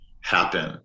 happen